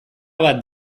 bat